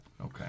okay